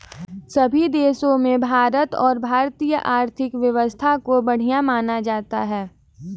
सभी देशों में भारत और भारतीय आर्थिक व्यवस्था को बढ़िया माना जाता है